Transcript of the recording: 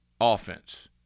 offense